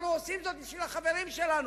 אנחנו עושים זאת בשביל החברים שלנו.